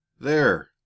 There